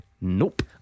Nope